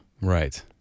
Right